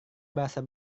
merasa